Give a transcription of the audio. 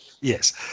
Yes